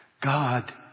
God